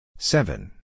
Seven